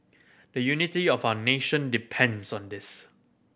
the unity of our nation depends on this